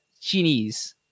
Chinese